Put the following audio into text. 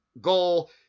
goal